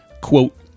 quote